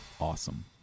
Awesome